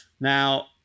Now